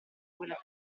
quella